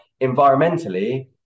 environmentally